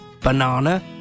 banana